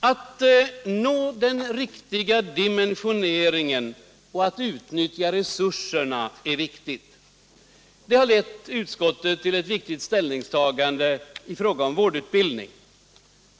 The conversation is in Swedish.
Att nå den riktiga dimensioneringen och att utnyttja resurserna är betydelsefullt, och detta har lett utskottet till ett viktigt ställningstagande i fråga om vårdutbildning.